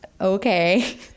Okay